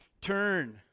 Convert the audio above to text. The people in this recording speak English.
Turn